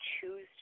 choose